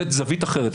לתת זווית אחרת.